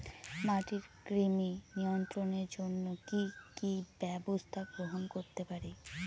মাটির কৃমি নিয়ন্ত্রণের জন্য কি কি ব্যবস্থা গ্রহণ করতে পারি?